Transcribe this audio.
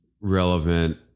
relevant